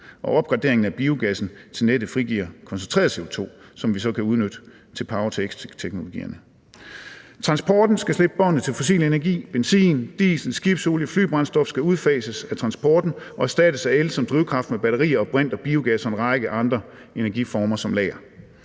og opgraderingen af biogassen til nettet frigiver koncentreret CO2, som vi så kan udnytte til power-to-x-teknologierne. Transporten skal slippe båndet til fossil energi. Benzin, diesel, skibsolie, flybrændstof skal udfases af transporten og erstattes af el som drivkraft med batterier, brint, biogas og en række andre energiformer som lager.